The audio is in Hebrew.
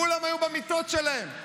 כולם היו במיטות שלהם.